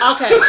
Okay